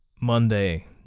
Monday